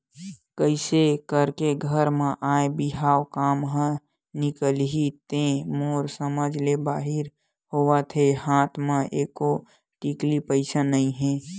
कइसे करके घर म आय बिहाव काम ह निकलही ते मोर समझ ले बाहिर होवत हे हात म एको टिकली पइसा नइ हे